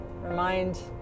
remind